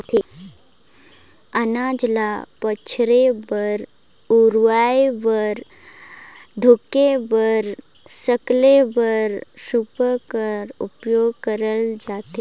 अनाज ल पछुरे बर, उड़वाए बर, धुके बर, सकेले बर सूपा का उपियोग करल जाथे